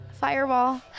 Fireball